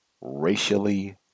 racially